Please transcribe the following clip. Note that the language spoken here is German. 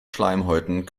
schleimhäuten